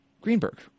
Greenberg